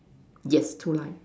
yes two line